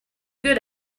good